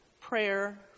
prayer